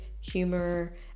humor